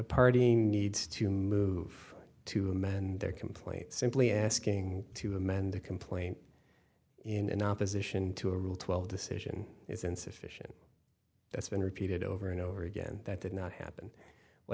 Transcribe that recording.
partying needs to move to him and their complaint simply asking to amend the complaint in opposition to a rule twelve decision is insufficient that's been repeated over and over again that did not happen what